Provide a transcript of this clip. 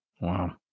Wow